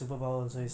mmhmm